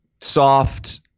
soft